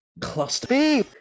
cluster